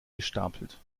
gestapelt